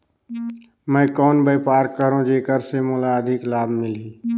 मैं कौन व्यापार करो जेकर से मोला अधिक लाभ मिलही?